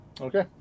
Okay